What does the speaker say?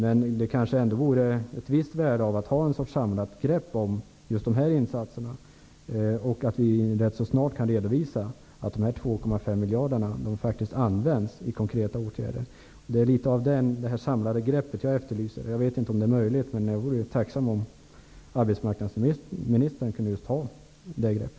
Men det vore nog, som sagt, av visst värde att ha ett samlat grepp om just de här insatserna. Dessutom vore det bra om vi ganska snart kunde redovisa att de 2,5 miljarderna faktiskt används till konkreta åtgärder. Det är något av ett samlat grepp som jag alltså efterlyser. Jag vet inte om det är möjligt att åstadkomma ett sådant. Jag vore i alla fall tacksam om arbetsmarknadsministern hade ett samlat grepp.